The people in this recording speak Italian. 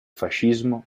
fascismo